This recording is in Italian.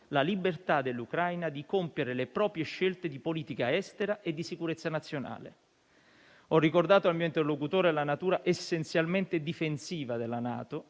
la libertà dell'Ucraina di compiere le proprie scelte di politica estera e di sicurezza nazionale. Ho ricordato al mio interlocutore la natura essenzialmente difensiva della NATO